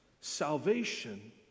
salvation